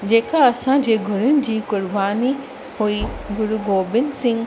जेका असांजे गुरुअनि जी क़ुर्बानी हुई गुरु गोबिंद सिंह